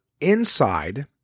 inside